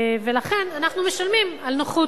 ולכן אנחנו משלמים על נוחות.